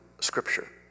scripture